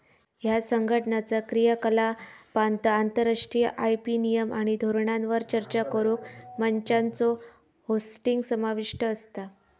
ह्या संघटनाचा क्रियाकलापांत आंतरराष्ट्रीय आय.पी नियम आणि धोरणांवर चर्चा करुक मंचांचो होस्टिंग समाविष्ट असता